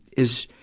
is,